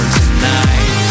tonight